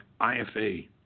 IFA